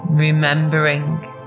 remembering